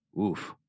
Oof